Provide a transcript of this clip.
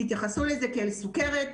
תתייחסו לזה כאל סכרת,